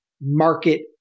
market